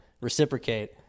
reciprocate